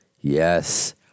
Yes